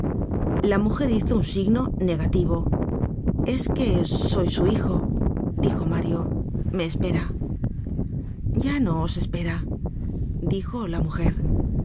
la mujer hizo un signo negativo es que soy su hijo dijo mario me espera ya no os espera dijo la mujer